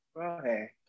okay